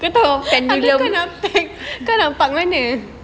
aku nampak pen